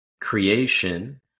creation